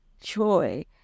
joy